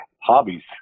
hobbies